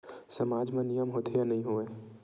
सामाज मा नियम होथे या नहीं हो वाए?